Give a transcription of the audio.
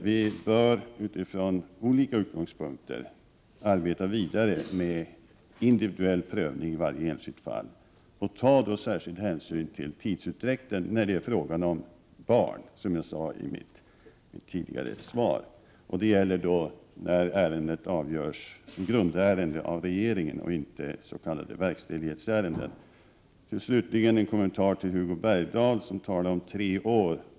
Vi bör arbeta vidare med individuell prövning från olika utgångspunkter i varje enskilt fall och då ta särskild hänsyn till tidsutdräkten när det är fråga om barn, som jag sade i mitt tidigare svar. Det gäller de ärenden som avgörs som grundärende av regeringen och inte s.k. verkställighetsärenden. Slutligen en kommentar till Hugo Bergdahl, som talade om tre års vistelse i Sverige.